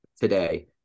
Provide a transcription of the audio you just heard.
today